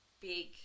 big